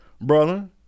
Brother